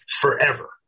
forever